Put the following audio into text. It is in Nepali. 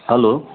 हेलो